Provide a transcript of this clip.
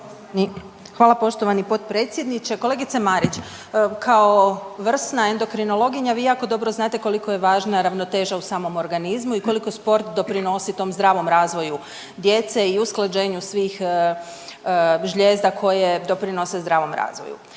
Hvala poštovani potpredsjedniče. Kolegice Marić kao vrsna endokrinologinja vi jako dobro znate koliko je važna ravnoteža u samom organizmu i koliko sport doprinosi tom zdravom razvoju djece i usklađenju svih žlijezda koje doprinose zdravom razvoju.